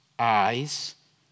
eyes